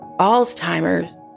Alzheimer's